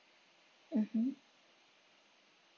mmhmm